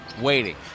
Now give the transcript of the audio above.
waiting